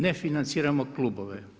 Ne financiramo klubove.